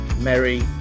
merry